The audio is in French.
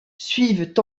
suivent